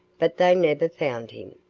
but they never found him.